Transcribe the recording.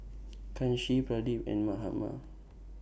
Kanshi Pradip and Mahatma